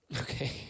okay